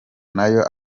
nayo